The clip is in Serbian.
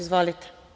Izvolite.